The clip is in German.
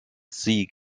sie